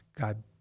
God